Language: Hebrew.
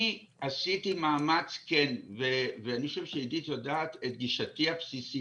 אני עשיתי מאמץ כן ואני חושב שעידית יודעת את גישתי הבסיסית,